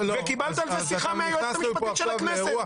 וקיבלת על זה שיחה מהיועצת המשפטית של הכנסת.